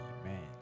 Amen